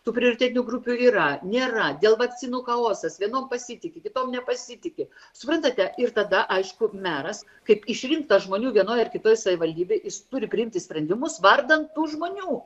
tų prioritetinių grupių yra nėra dėl vakcinų chaosas vienom pasitiki kitom nepasitiki suprantate ir tada aišku meras kaip išrinktas žmonių vienoj ar kitoj savivaldybėj jis turi priimti sprendimus vardan tų žmonių